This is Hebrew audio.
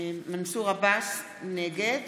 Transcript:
נגד